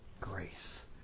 grace